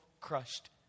crushed